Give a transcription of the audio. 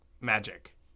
magic